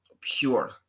pure